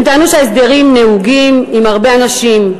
הם טענו שההסדרים נהוגים עם הרבה אנשים,